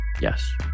Yes